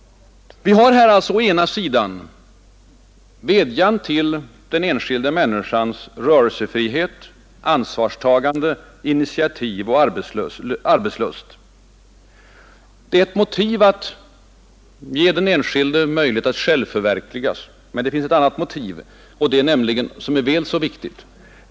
Vi har här alltså som ett motiv vädjan till den enskilda människans rörelsefrihet, ansvarstagande, initiativ och arbetslust. Det är ett motiv att ge den enskilde möjlighet att självförverkligas. Men det finns ett annat motiv, som är väl så viktigt.